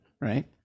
Right